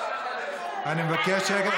רבותיי, אני מבקש שקט.